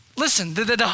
Listen